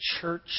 church